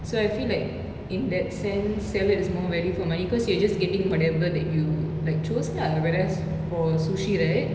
so I feel like in that sense salad is more value for money because you are just getting whatever that you like chose lah whereas for sushi right